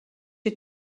est